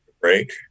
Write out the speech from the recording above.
Break